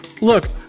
Look